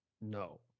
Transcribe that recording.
No